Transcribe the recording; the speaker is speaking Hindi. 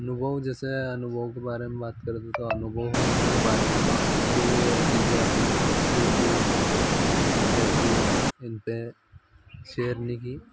अनुभव जैसे अनुभव के बारे में बात करते तो अनुभव है इनके बारे में पर ये चीज़ें आपने यूटुब जैसे फेसबुक इनपर शेयर नहीं की